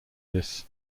this